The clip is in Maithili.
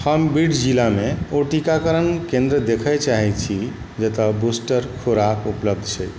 हम बीड जिलामे ओ टीकाकरण केन्द्र देखऽ चाहै छी जहाँ बूस्टर खोराक उपलब्ध छै